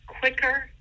quicker